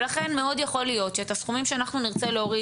ולכן מאוד יכול להיות שאת הסכומים שאנחנו נרצה להוריד